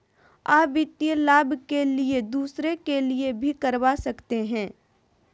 आ वित्तीय लाभ के लिए दूसरे के लिए भी करवा सकते हैं?